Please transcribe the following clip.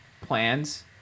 plans